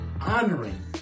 honoring